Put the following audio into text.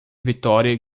victoria